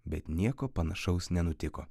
bet nieko panašaus nenutiko